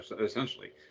essentially